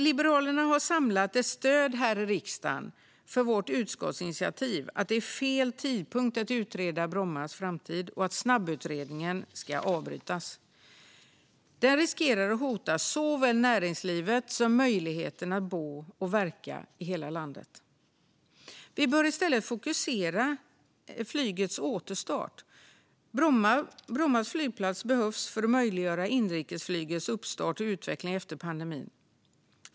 Liberalerna har samlat ett stöd här i riksdagen för vårt utskottsinitiativ om att det är fel tidpunkt att utreda Brommas framtid och att snabbutredningen ska avbrytas. Den riskerar att hota såväl näringslivet som möjligheten att bo och verka i hela landet. Vi bör i stället fokusera på flygets återstart. Bromma flygplats behövs för att möjliggöra inrikesflygets uppstart och utveckling efter pandemin.